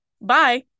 bye